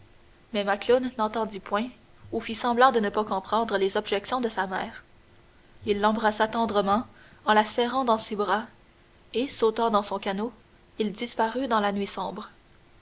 mais macloune n'entendit point ou fit semblant de ne pas comprendre les objections de sa mère il l'embrassa tendrement en la serrant dans ses bras et sautant dans son canot il disparut dans la nuit sombre